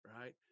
Right